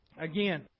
again